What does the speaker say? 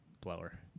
Blower